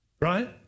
Right